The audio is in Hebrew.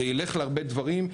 זה ילך להרבה דברים.